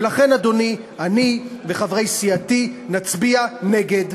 לכן, אדוני, אני וחברי סיעתי נצביע נגד.